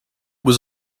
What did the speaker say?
was